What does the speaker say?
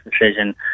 decision